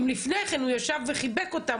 אם לפני כן הוא ישב וחיבק אותם,